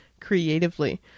creatively